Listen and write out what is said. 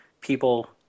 people